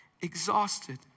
exhausted